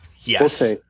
Yes